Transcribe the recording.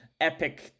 epic